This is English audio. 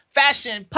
fashion